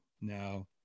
Now